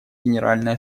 генеральной